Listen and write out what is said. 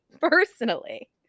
personally